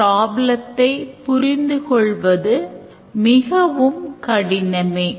user அத்தகவலை உள்ளிடுகிறார்